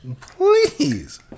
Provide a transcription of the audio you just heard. please